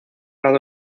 lado